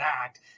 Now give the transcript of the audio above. act